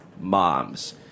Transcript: moms